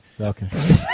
Okay